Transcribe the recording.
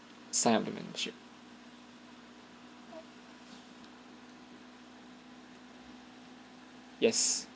sign up yes